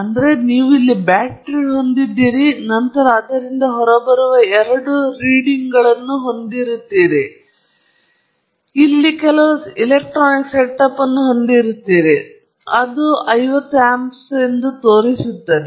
ಆದ್ದರಿಂದ ನೀವು ಇಲ್ಲಿ ಬ್ಯಾಟರಿಯನ್ನು ಹೊಂದಿದ್ದೀರಿ ಮತ್ತು ನಂತರ ನೀವು ಅದರಿಂದ ಹೊರಬರುವ ಎರಡು ಲೀಡಿಂಗ್ಗಳನ್ನು ಹೊಂದಿದ್ದೀರಿ ತದನಂತರ ನೀವು ಇಲ್ಲಿ ಕೆಲವು ಎಲೆಕ್ಟ್ರಾನಿಕ್ ಸೆಟಪ್ ಅನ್ನು ಹೊಂದಿದ್ದೀರಿ ಅದು ನಿಮಗೆ 50 ಆಮ್ಪ್ಸ್ ಅನ್ನು ತೋರಿಸುತ್ತದೆ